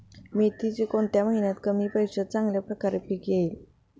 मेथीचे कोणत्या महिन्यात कमी पैशात चांगल्या प्रकारे पीक येईल?